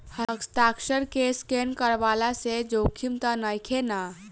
हस्ताक्षर के स्केन करवला से जोखिम त नइखे न?